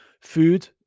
Food